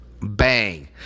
Bang